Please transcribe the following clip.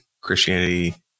Christianity